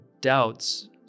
doubts